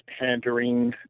pandering